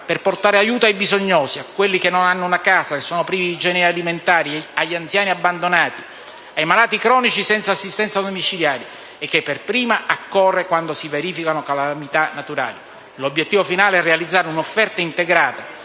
per portare aiuto ai bisognosi, a quelli che non hanno una casa, che sono privi di generi alimentari, agli anziani abbandonati, ai malati cronici senza assistenza domiciliare, e che per prima accorre quando si verificano calamità naturali. L'obiettivo finale è realizzare un'offerta integrata